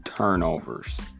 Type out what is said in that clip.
Turnovers